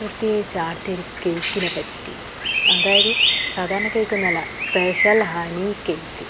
പ്രത്യേകിച്ച് അവിടുത്തെ ഒരു കേക്കിനെ പറ്റിട്ട് അതായത് സാധാരണ കേക്കൊന്നും അല്ല സ്പെഷ്യൽ ഹണി കേക്ക്